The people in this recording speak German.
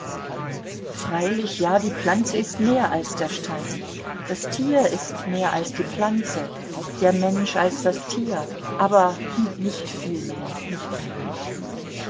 freilich ja die pflanze ist mehr als der stein das tier ist mehr als die pflanze der mensch als das tier aber nicht viel mehr nicht viel